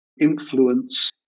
influence